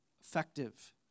effective